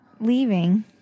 leaving